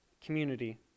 Community